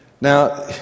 Now